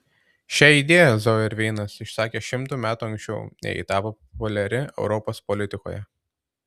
šią idėją zauerveinas išsakė šimtu metų anksčiau nei ji tapo populiari europos politikoje